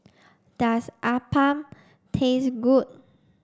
does Appam taste good